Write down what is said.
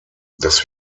dass